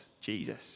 Jesus